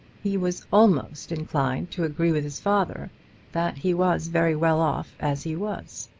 he was almost inclined to agree with his father that he was very well off as he was.